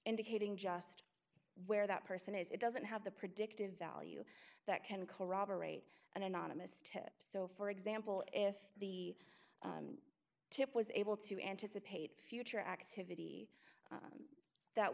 indicating just where that person is it doesn't have the predictive value that can corroborate an anonymous tip so for example if the tip was able to anticipate future activity that